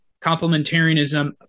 complementarianism